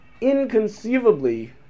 inconceivably